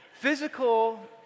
Physical